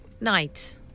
Night